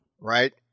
right